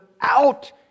out